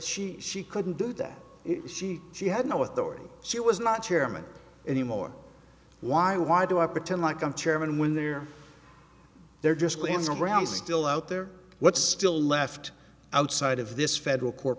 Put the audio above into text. she she couldn't do that she she had no authority she was not chairman anymore why why do i pretend like i'm chairman win there they're just glancing around still out there what's still left outside of this federal court